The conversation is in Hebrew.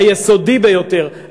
היסודי ביותר,